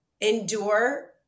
endure